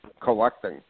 collecting